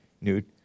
nude